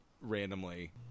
randomly